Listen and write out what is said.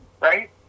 Right